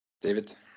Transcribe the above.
David